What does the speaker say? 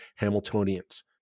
Hamiltonians